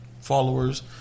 followers